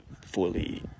fully